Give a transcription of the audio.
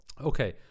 Okay